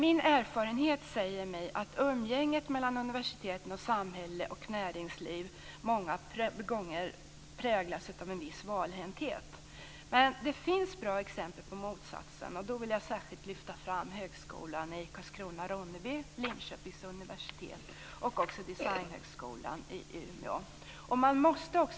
Min erfarenhet säger mig att umgänget mellan universiteten, samhälle och näringsliv många gånger präglas av en viss valhänthet. Men det finns bra exempel på motsatsen, och då vill jag särskilt lyfta fram högskolan i Karlskrona-Ronneby, Linköpings universitet och designhögskolan i Umeå.